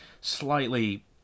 slightly